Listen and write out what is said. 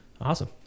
Awesome